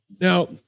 Now